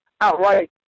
outright